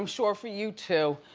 um sure for you too.